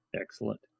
Excellent